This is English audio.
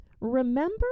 remember